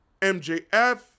MJF